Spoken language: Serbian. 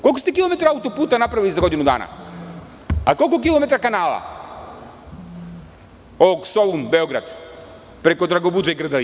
Koliko ste kilometara auto-puta napravili za godinu dana, a koliko kilometara kanala ovog Solun – Beograd preko Dragobudže i Grdelice?